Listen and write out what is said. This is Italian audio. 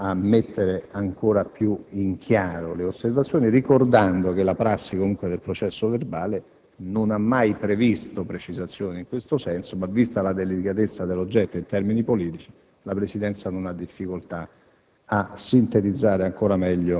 alcuna difficoltà a mettere ancora più in chiaro le osservazioni, ricordando che la prassi per la redazione del processo verbale non ha mai previsto precisazioni in questo senso, ma, considerata la delicatezza dell'oggetto in termini politici, la Presidenza non ha difficoltà